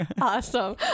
Awesome